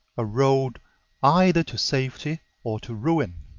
a road either to safety or to ruin.